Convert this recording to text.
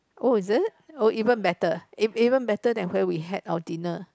oh is it oh even better ah even better than where we had our dinner